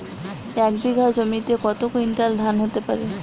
এক বিঘা জমিতে কত কুইন্টাল ধান হতে পারে?